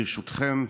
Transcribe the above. ברשותכם,